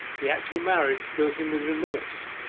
the actual marriage filled him with remorse.